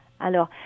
Alors